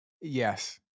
Yes